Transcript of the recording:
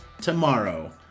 tomorrow